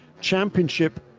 championship